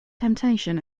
temptation